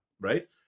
right